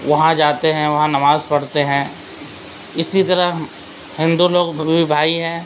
وہاں جاتے ہیں وہاں نماز پڑھتے ہیں اسی طرح ہندو لوگ بھی بھائی ہیں